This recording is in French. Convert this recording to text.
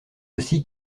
aussi